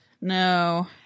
No